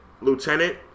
lieutenant